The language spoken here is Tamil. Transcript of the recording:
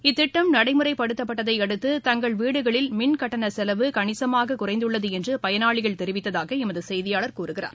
இத்திட்டம் நடைமுறைப்படுத்தப்பட்டதை அடுத்து தங்கள் வீடுகளில் மின்கட்டண செலவு கணிசமாகக் குறைந்துள்ளது என்று பயனாளிகள் தெரிவித்ததாக எமது செய்தியாளர் கூறுகிறார்